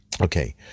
Okay